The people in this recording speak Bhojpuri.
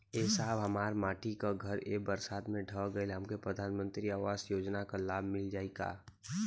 ए साहब हमार माटी क घर ए बरसात मे ढह गईल हमके प्रधानमंत्री आवास योजना क लाभ मिल जाई का?